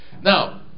Now